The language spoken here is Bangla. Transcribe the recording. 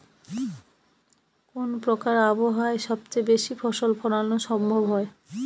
কোন প্রকার আবহাওয়ায় সবচেয়ে বেশি ফসল ফলানো সম্ভব হয়?